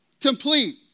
Complete